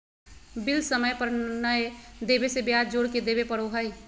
bill समय पर नयय देबे से ब्याज जोर के देबे पड़ो हइ